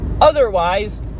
otherwise